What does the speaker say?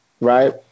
Right